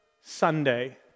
Sunday